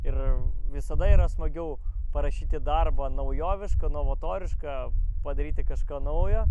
ir visada yra smagiau parašyti darbą naujovišką novotorišką padaryti kažką naujo